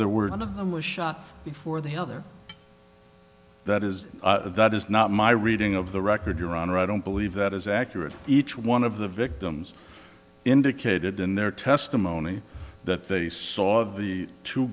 there were one of them was shot before the other that is that is not my reading of the record your honor i don't believe that is accurate each one of the victims indicated in their testimony that they saw of the two